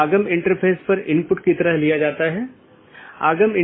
प्रत्येक AS के पास इष्टतम पथ खोजने का अपना तरीका है जो पथ विशेषताओं पर आधारित है